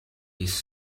his